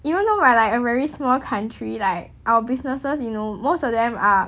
even though right like a very small country like our businesses you know most of them are